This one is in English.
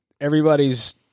everybody's